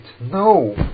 No